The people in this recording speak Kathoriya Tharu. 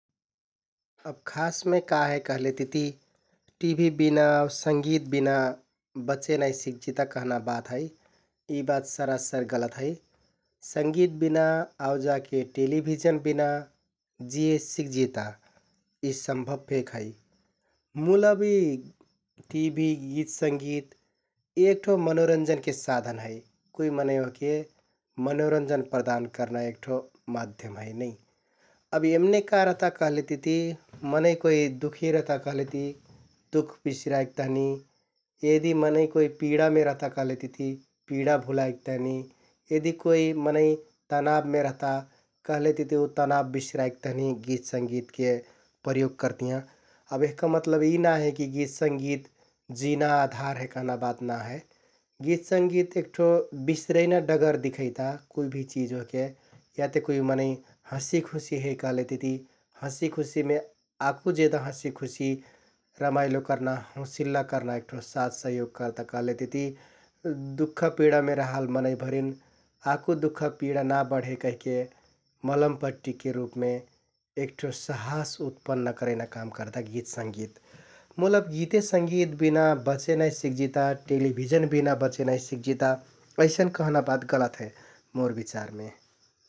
अब खासमे का हे कहलेतिति टिभि बिना आउ संगित बिना बचे नाइ सिकजिता कहना बात है, यि बात सरासर गलत है । संगित बिना आउ जाके टेलिभिजन बिना जिये सिकजिता, यि सम्भब फेक है मुल अब यि टिभि, गित संगित यि एक ठो मनोरन्जनके साधन है । कुइ मनैं ओहके मनोरन्जन प्रदान करना एक ठो माध्यम है नै । अब यम्‍ने का रहता कहलेतिति मनैं कोइ दुखि रहता कहलेति दुख बिसराइक तहनि, यदि मनैं कुइ पिडामे रहता कहलेतिति पिडा भुलाइक तहनि, यदि कोइ मनैं तनाबमे रहता कहलेतिति उ तनाब बिस्‍राइक तहनि गित संगितके प्रयोग करतियाँ । यहका मतलब यि ना हे कि गित संगित जिना आधार हे कहना बात ना हे । गित संगित एक ठो बिस्‍रैना डगर दिखैता कुइभि चिझ ओहके । याते कुइ मनैं हंसिखुसि है कहलेतिति, हंसिखुसिमे आकु जेदा हंसिखुसि, रमाइलो करना, हौंसिल्ला करना एक ठो साथ सहयोग करता कहलेतिति दुख पिडामे रहल मनैंभरिन आकु दुख पिडा ना बढे कहिके मलम पट्टिके रुपमे एक ठो साहास उत्पन्‍न करैना काम करता गित संगित । मुल अब गिते संगित बिना बचे नाइ सिकजिता, टेलिभिजन बिना बचे नाइ सिकजिता, अइसन कहना बात गलत हे मोर बिचारमे ।